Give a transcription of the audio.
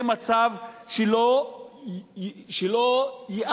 זה מצב שלא ייאמן,